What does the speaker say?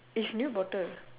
it's new bottle